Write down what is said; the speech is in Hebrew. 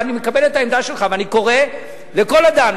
ואני מקבל את העמדה שלך: ואני קורא לכל אדם,